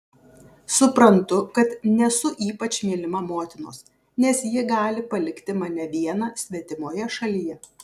suprantu kad nesu ypač mylima motinos nes ji gali palikti mane vieną svetimoje šalyje